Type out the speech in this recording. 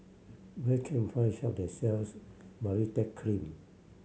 where can find shop that sells Baritex Cream